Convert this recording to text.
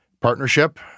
partnership—